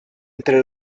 entre